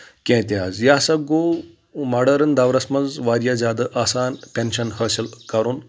کینٛہہ تہِ حظ یہِ ہسا گوٚو ماڈٲرن دورس منٛز واریاہ زیادٕ آسان ٹؠنشَن حٲصِل کَرُن